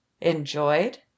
enjoyed